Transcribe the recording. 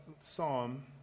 psalm